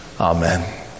Amen